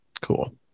cool